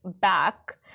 back